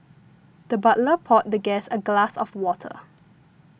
the butler poured the guest a glass of water